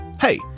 Hey